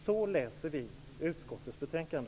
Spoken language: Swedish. Så läser vi utskottets betänkande.